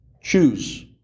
Choose